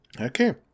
Okay